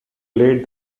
late